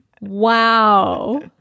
Wow